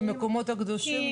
והמקומות הקדושים.